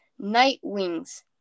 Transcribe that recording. Nightwings